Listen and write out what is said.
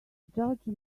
judge